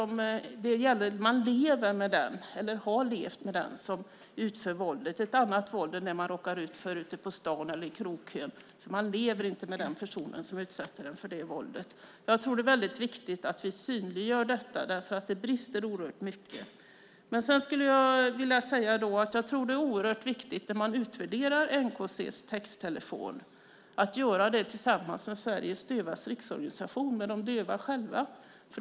Man lever eller har levt med den som utför våldet. Det är ett annat våld än det man råkar ut för på stan eller i krogkön. Man lever inte med den person som utsätter en för det våldet. Det är väldigt viktigt att vi synliggör detta. Det brister oerhört mycket. Det är oerhört viktigt när man utvärderar NCK:s texttelefon att göra det tillsammans med Sveriges Dövas Riksorganisation och de döva själva.